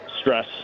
stress